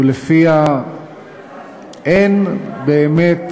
ולפיה אין באמת